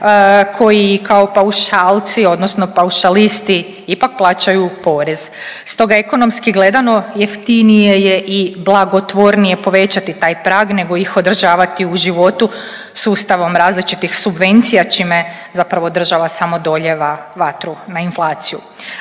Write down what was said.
koji kao paušalci, odnosno paušalisti ipak plaćaju porez. Stoga ekonomski gledano jeftinije je i blagotvornije povećati taj prag nego ih održavati u životu sustavom različitih subvencija čime zapravo država samo dolijeva vatru na inflaciju.